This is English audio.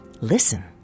Listen